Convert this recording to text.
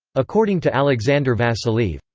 according to alexander vasiliev,